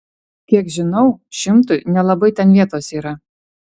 kiek žinau šimtui nelabai ten vietos yra